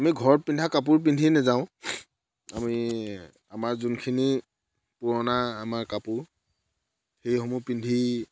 আমি ঘৰত পিন্ধা কাপোৰ পিন্ধি নাযাওঁ আমি আমাৰ যোনখিনি পুৰণা আমাৰ কাপোৰ সেই সমূহ পিন্ধি